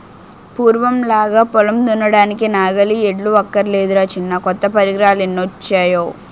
పూర్వంలాగా పొలం దున్నడానికి నాగలి, ఎడ్లు అక్కర్లేదురా చిన్నా కొత్త పరికరాలెన్నొచ్చేయో